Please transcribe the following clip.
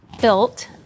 built